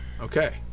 Okay